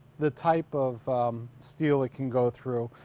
the type of steel it can go through.